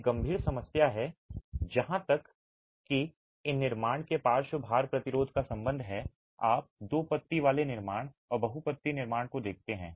एक गंभीर समस्या है जहाँ तक इन निर्माणों के पार्श्व भार प्रतिरोध का संबंध है आप दो पत्ती वाले निर्माण और बहु पत्ती निर्माण को देखते हैं